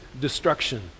destruction